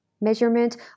Measurement